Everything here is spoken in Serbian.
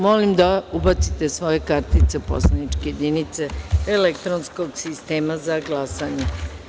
Molim da ubacite svoje kartice u poslaničke jedinice elektronskog sistema za glasanje.